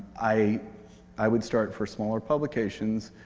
i i would start for smaller publications.